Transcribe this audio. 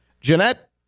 Jeanette